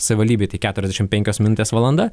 savivaldybėj tai keturiasdešimt penkios minutės valanda